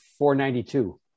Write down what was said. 492